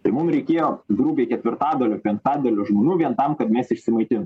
tai mum reikėjo grubiai ketvirtadalio penktadalio žmonių vien tam kad mes išsimaitint